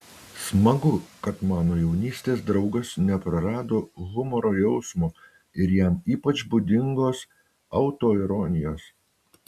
smagu kad mano jaunystės draugas neprarado humoro jausmo ir jam ypač būdingos autoironijos